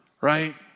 right